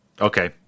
Okay